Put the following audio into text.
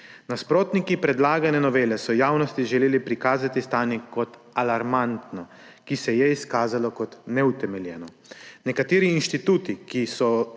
Nasprotniki predlagane novele so javnosti želeli prikazati stanje kot alarmantno, ki se je izkazalo kot neutemeljeno. Nekateri inštituti, ki se oznanjajo